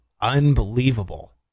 Unbelievable